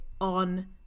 on